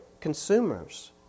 consumers